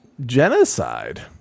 genocide